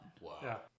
Wow